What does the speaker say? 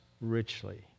richly